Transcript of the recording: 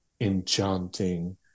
enchanting